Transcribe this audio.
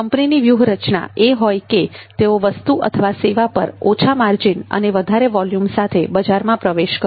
કંપનીની વ્યૂહરચના એ હોય કે તેઓ વસ્તુ અથવા સેવા પર ઓછા માર્જિન અને વધારે વોલ્યુમ સાથે બજારમાં પ્રવેશ કરે